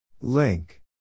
Link